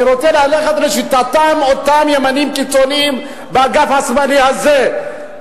אני רוצה ללכת לשיטתם של אותם ימנים קיצוניים באגף השמאלי הזה,